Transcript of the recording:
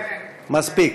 מספיק.